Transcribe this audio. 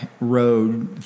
road